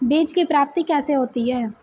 बीज की प्राप्ति कैसे होती है?